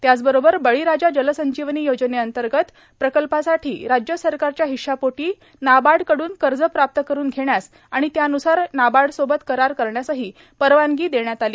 त्याचबरोबर बळीराजा जलसंजीवनी योजनेंतर्गत प्रकल्पासाठी राज्य सरकारच्या हिश्शापोटी नाबार्डकडून कर्ज प्राप्त करून घेण्यास आणि त्यान्सार नाबार्डसोबत करार करण्यासही परवानगी देण्यात आली